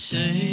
Say